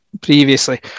previously